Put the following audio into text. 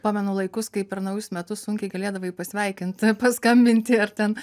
pamenu laikus kai per naujus metus sunkiai galėdavai pasveikint paskambinti ar ten